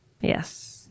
Yes